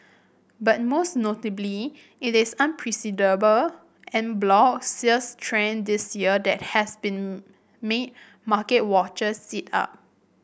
but most notably it is unprecedented en bloc sales trend this year that has been made market watchers sit up